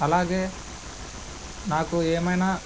అలాగే నాకు ఏమైనా